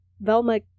Velma